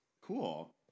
Cool